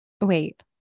Wait